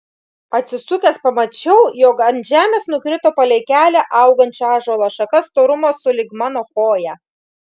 atsisukęs pamačiau jog ant žemės nukrito palei kelią augančio ąžuolo šaka storumo sulig mano koja